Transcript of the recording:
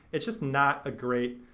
it's just not a great,